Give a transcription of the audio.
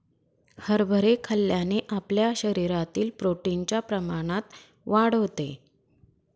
हरभरे खाल्ल्याने आपल्या शरीरातील प्रोटीन च्या प्रमाणात वाढ होते